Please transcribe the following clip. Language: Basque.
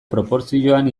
proportzioan